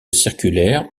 circulaire